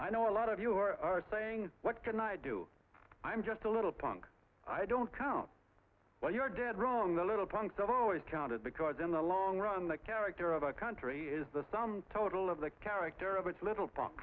i know a lot of you are saying what can i do i'm just a little punk i don't count when you're dead wrong the little punks i've always counted because in the long run the character of a country is the sum total of the character of its little